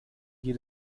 geht